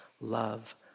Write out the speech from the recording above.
love